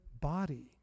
body